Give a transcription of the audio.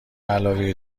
علاوه